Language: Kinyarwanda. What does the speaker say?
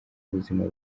ubuzima